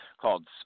called